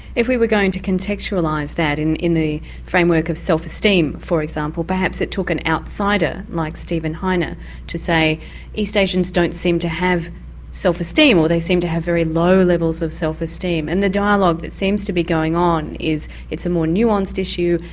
if we were going to contextualise contextualise that in in the framework of self-esteem for example perhaps it took an outsider like steven heine ah to say east asians don't seem to have self-esteem, or they seem to have very low levels of self-esteem, and the dialogue that seems to be going on is it's a more nuanced issue,